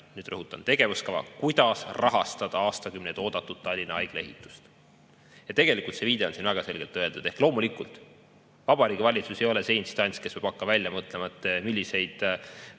nüüd rõhutan! – tegevuskava, kuidas rahastada aastakümneid oodatud Tallinna Haigla ehitust. Ja tegelikult see viide on siin väga selgelt öeldud. Loomulikult, Vabariigi Valitsus ei ole see instants, kes võib hakata välja mõtlema, milliseid